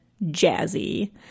Jazzy